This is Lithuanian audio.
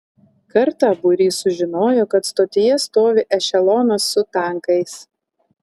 kartą būrys sužinojo kad stotyje stovi ešelonas su tankais